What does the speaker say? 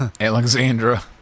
Alexandra